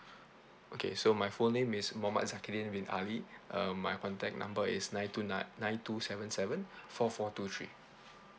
okay so my full name is muhammad zakidin bin ali uh my contact number is nine two ni~ nine two seven seven four four two three